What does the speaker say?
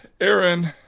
Aaron